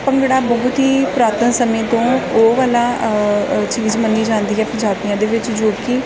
ਭੰਗੜਾ ਬਹੁਤ ਹੀ ਪੁਰਾਤਨ ਸਮੇਂ ਤੋਂ ਉਹ ਵਾਲਾ ਚੀਜ਼ ਮੰਨੀ ਜਾਂਦੀ ਹੈ ਪੰਜਾਬੀਆਂ ਦੇ ਵਿੱਚ ਜੋ ਕਿ